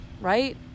right